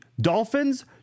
Dolphins